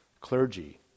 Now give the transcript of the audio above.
clergy